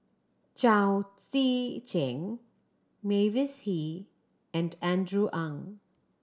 Chao Tzee Cheng Mavis Hee and Andrew Ang